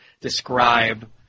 describe